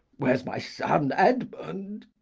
where's my son edmund?